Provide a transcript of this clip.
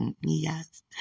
Yes